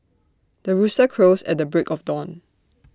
the rooster crows at the break of dawn